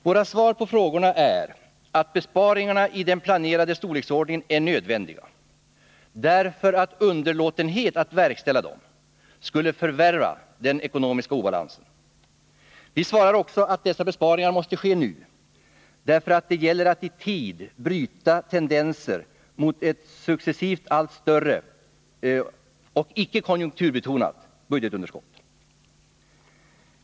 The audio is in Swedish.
Våra svar på frågorna är att besparingar i den planerade storleksordningen är nödvändiga, därför att underlåtenhet att verkställa dem skulle förvärra den ekonomiska obalansen. Vi svarar också att dessa besparingar måste ske nu, därför att det gäller att i tid bryta tendenser mot ett successivt allt större — och icke konjunkturbetonat — budgetunderskott.